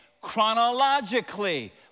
chronologically